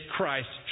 Christ